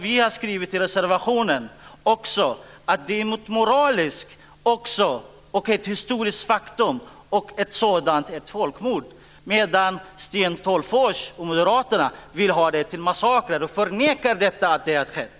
Vi har i reservationen också skrivit att det är ett moraliskt och historiskt faktum att detta är ett folkmord. Sten Tolgfors och Moderaterna vill ha det till massakrer och förnekar att detta har skett.